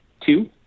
two